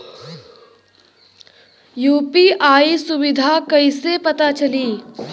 UPI सुबिधा कइसे पता चली?